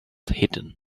hidden